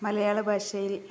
മലയാളഭാഷയിൽ